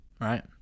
Right